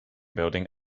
building